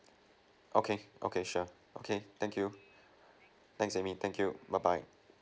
okay okay sure okay thank you thanks amy thank you bye bye